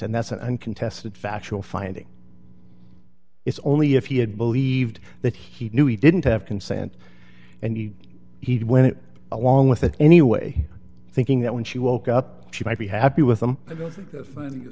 and that's an uncontested factual finding it's only if he had believed that he knew he didn't have consent and he he when it along with it anyway thinking that when she woke up she might be happy with